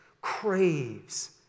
craves